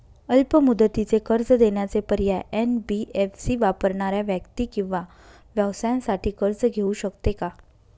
अल्प मुदतीचे कर्ज देण्याचे पर्याय, एन.बी.एफ.सी वापरणाऱ्या व्यक्ती किंवा व्यवसायांसाठी कर्ज घेऊ शकते का?